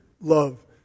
love